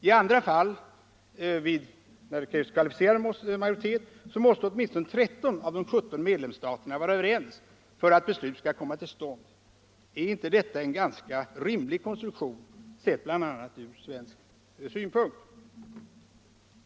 I andra fall, där det krävs kvalificerad majoritet, måste åtminstone 13 av de 17 medlemsstaterna vara överens för att beslut skall komma till stånd. Är inte detta en ganska rimlig konstruktion, bl.a. ur svensk synpunkt?